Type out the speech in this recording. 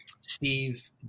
Steve